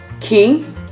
king